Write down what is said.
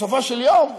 בסופו של יום,